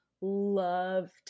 loved